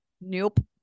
Nope